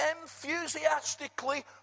enthusiastically